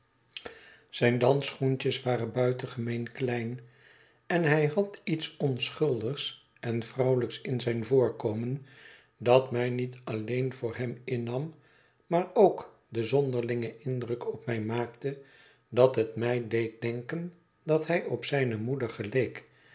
zijne dansschoentjes waren buitengemeen klein en hij had iets onschuldigs en vrouwelijks in zijn voorkomen dat mij met alleen voor hem innam maar ook den zonderlingen indruk op mij maakte dat het mij deed denken dat hij op zijne moeder geleek